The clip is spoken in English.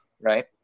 right